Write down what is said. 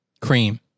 Cream